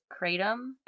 kratom